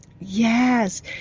Yes